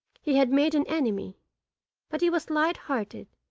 he had made an enemy but he was light-hearted,